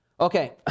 Okay